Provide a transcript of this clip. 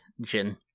Jin